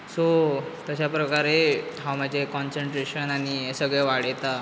so तश्या प्रकारे हांव म्हजें कॉन्सेंट्रेशन आनी हें सगळें वाडयता